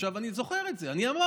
עכשיו, אני זוכר את זה, אני אמרתי,